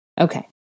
Okay